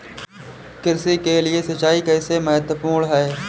कृषि के लिए सिंचाई कैसे महत्वपूर्ण है?